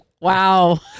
Wow